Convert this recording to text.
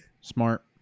Smart